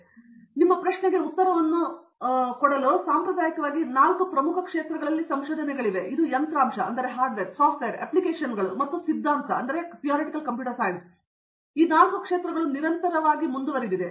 ಆದ್ದರಿಂದ ನಿಮ್ಮ ಪ್ರಶ್ನೆಗೆ ಉತ್ತರವನ್ನು ಕೆಲವು ಪ್ರಶ್ನೆಗಳಿಗೆ ಉತ್ತರಿಸಲು ಸಾಂಪ್ರದಾಯಿಕವಾಗಿ ನಾಲ್ಕು ಪ್ರಮುಖ ಕ್ಷೇತ್ರಗಳ ಸಂಶೋಧನೆಗಳಿವೆ ಮತ್ತು ಇದು ಇಂದು ಯಂತ್ರಾಂಶ ಸಾಫ್ಟ್ವೇರ್ ಅಪ್ಲಿಕೇಶನ್ಗಳು ಮತ್ತು ಸಿದ್ಧಾಂತವನ್ನು ನಿರಂತರವಾಗಿ ಮುಂದುವರಿಸಿದೆ